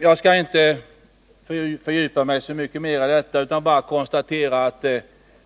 Jag skall inte fördjupa mig mycket mer i detta utan bara konstatera att